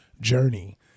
journey